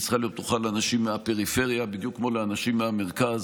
היא צריכה להיות פתוחה לאנשים מהפריפריה בדיוק כמו לאנשים מהמרכז.